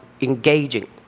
engaging